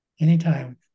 Anytime